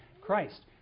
Christ